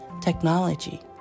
technology